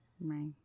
Right